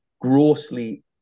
grossly